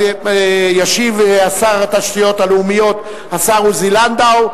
ישיב שר התשתיות הלאומיות עוזי לנדאו.